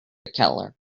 keller